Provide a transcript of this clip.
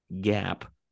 gap